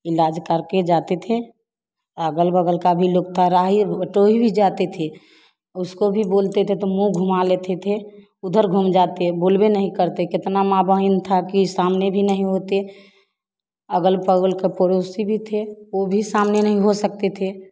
इलाज करके जाते थे आगल बगल का भी लोग थाह राही बटोही भी जाते थी उसको भी बोलते थे तो मु घुमा लेते थे उधर घूम जाते बोलबे नहीं करते कितना माँ बहिन था कि सामने नहीं होते अगल बगल का पड़ोसी भी थे वे भी सामने नहीं हो सकते थे